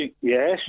Yes